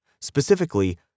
Specifically